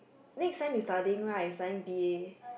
next time you studying right you study B_A